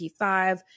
P5